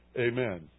Amen